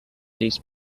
these